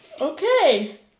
Okay